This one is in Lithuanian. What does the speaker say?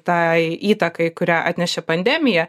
tai įtakai kurią atnešė pandemija